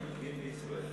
מדינת ישראל.